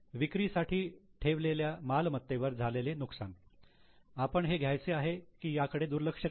विक्रीसाठी ठेवलेल्या मालमत्तेवर झालेले नुकसान आपण हे घ्यायचे आहे की याकडे दुर्लक्ष करायचे